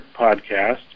podcast